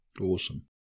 Awesome